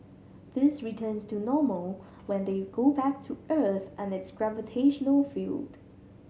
this returns to normal when they go back to Earth and its gravitational field